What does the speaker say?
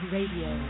Radio